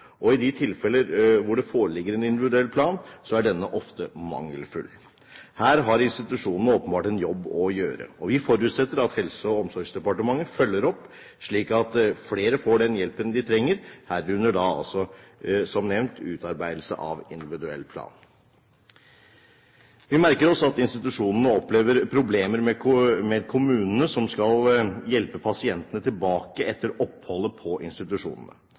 og i de tilfeller hvor det foreligger en individuell plan, er denne ofte mangelfull. Her har institusjonene åpenbart en jobb å gjøre. Vi forutsetter at Helse- og omsorgsdepartementet følger opp, slik at flere får den hjelpen de trenger, herunder, som nevnt, utarbeidelse av individuell plan. Vi merker oss at institusjonene opplever problemer med kommunene, som skal hjelpe pasientene tilbake etter oppholdet på